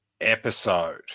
episode